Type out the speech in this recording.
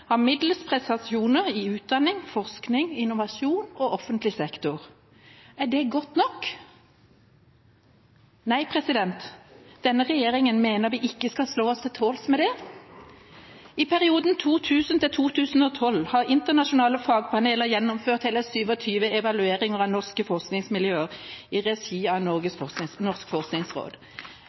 har middels prestasjoner i utdanning, forskning, innovasjon og offentlig sektor. Er det godt nok? Nei, denne regjeringa mener vi ikke skal slå oss til tåls med det. I perioden 2000 til 2012 har internasjonale fagpaneler gjennomført hele 27 evalueringer av norske forskningsmiljøer i regi av